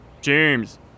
James